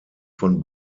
von